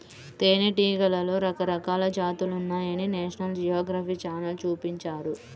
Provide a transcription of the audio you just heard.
తేనెటీగలలో రకరకాల జాతులున్నాయని నేషనల్ జియోగ్రఫీ ఛానల్ చూపించారు